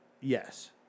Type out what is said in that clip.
Yes